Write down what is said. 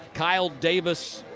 kyle davis,